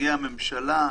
נציגי הממשלה?